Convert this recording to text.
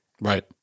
Right